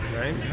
right